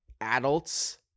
adults